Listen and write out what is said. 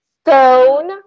stone